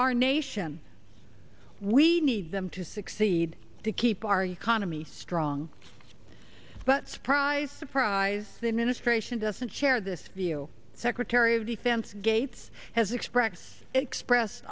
our nation we need them to succeed to keep our economy strong but surprise surprise the administration doesn't share this view secretary of defense gates has express express